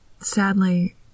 Sadly